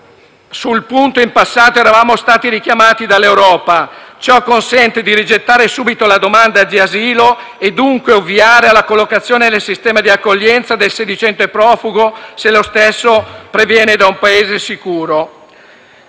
sul punto in passato eravamo stati richiamati dall'Europa. Ciò consente di rigettare subito la domanda di asilo e dunque ovviare alla collocazione nel sistema di accoglienza del sedicente profugo, se lo stesso proviene da un Paese sicuro.